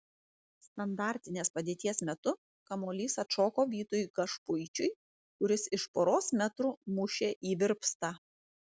standartinės padėties metu kamuolys atšoko vytui gašpuičiui kuris iš poros metrų mušė į virpstą